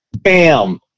Bam